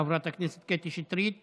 תודה, חברת הכנסת קטי שטרית.